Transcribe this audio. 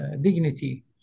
dignity